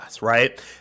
right